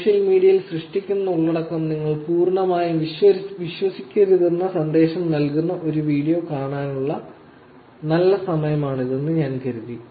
social മീഡിയയിൽ സൃഷ്ടിക്കുന്ന ഉള്ളടക്കം നിങ്ങൾ പൂർണമായും വിശ്വസിക്കരുതെന്ന സന്ദേശം നൽകുന്ന ഈ വീഡിയോ കാണാനുള്ള നല്ല സമയമാണിതെന്ന് ഞാൻ കരുതി